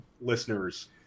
listeners